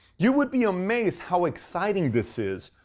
you would be amazed how exciting this is,